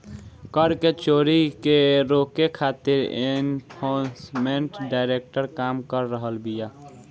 कर चोरी के रोके खातिर एनफोर्समेंट डायरेक्टरेट काम कर रहल बिया